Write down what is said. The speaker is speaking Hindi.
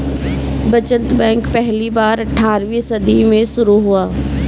बचत बैंक पहली बार अट्ठारहवीं सदी में शुरू हुआ